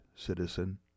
citizen